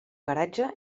garatge